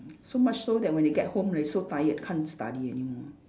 so much so that when they get home they so tired can't study anymore